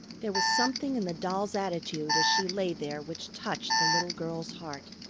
there was something in the doll's attitude as she lay there which touched the little girl's heart.